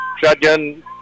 Shotgun